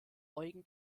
eugen